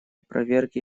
проверки